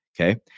Okay